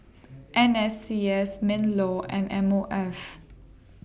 N S C S MINLAW and M O F